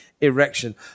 Erection